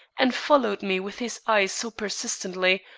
and followed me with his eyes so persistently,